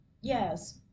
yes